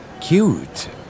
cute